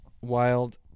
Wild